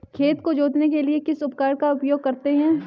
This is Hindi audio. खेत को जोतने के लिए किस उपकरण का उपयोग करते हैं?